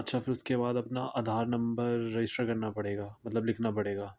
اچھا فھر اس کے بعد اپنا آدھار نمبر رجسٹر کرنا پڑے گا مطلب لکھنا پڑے گا